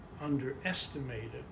underestimated